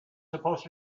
supposed